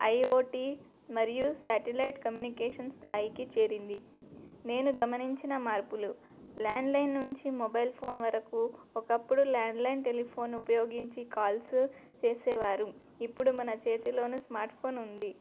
I O T మరియు satellite communication స్థాయికి చేరింది నేను గమనించిన మార్పులు ల్యాండ్లైన్ నుంచి మొబైల్ ఫోన్ వరకు ఒకప్పుడు ల్యాండ్లైన్ టెలిఫోన్ ఉపయోగించి కాల్సు చేసేవారు ఇప్పుడు మన చేతిలోన స్మార్ట్ఫోన్ ఉంది